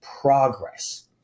progress